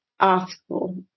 Article